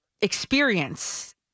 experience